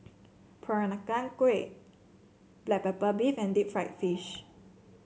Peranakan Kueh Black Pepper Beef and Deep Fried Fish